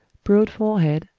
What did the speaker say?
broad forehead,